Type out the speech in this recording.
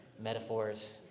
metaphors